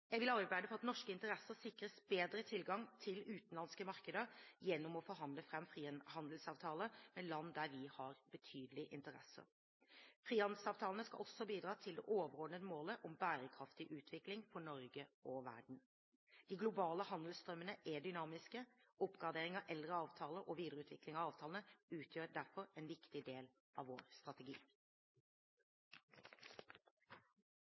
Jeg vil arbeide for at norske interesser sikres bedre tilgang til utenlandske markeder gjennom å forhandle fram frihandelsavtaler med land der vi har betydelige interesser. Frihandelsavtalene skal også bidra til det overordnede målet om bærekraftig utvikling for Norge og verden. De globale handelsstrømmene er dynamiske, og oppgradering av eldre avtaler og videreutvikling av avtalene utgjør derfor en viktig del av vår strategi.